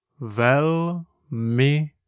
Velmi